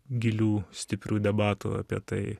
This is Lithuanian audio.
gilių stiprių debatų apie tai